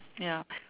ya